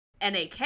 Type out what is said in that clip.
NAK